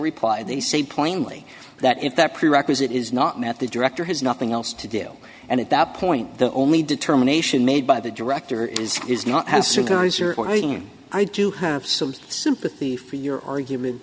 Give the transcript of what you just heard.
reply they say plainly that if that prerequisite is not met the director has nothing else to do and at that point the only determination made by the director is is not as surprise or or even i do have some sympathy for your argument